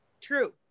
true